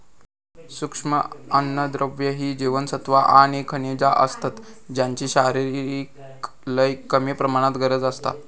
सूक्ष्म अन्नद्रव्य ही जीवनसत्वा आणि खनिजा असतत ज्यांची शरीराक लय कमी प्रमाणात गरज असता